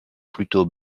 plutôt